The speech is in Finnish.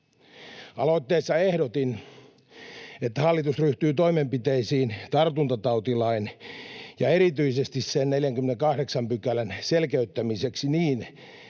Aloitteessa ehdotin, että hallitus ryhtyy toimenpiteisiin tartuntatautilain ja erityisesti sen 48 §:n selkeyttämiseksi niin,